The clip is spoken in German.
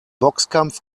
boxkampf